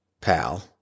Pal